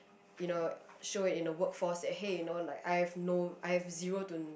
you know show it in a work force that hey you know like I have no I have zero to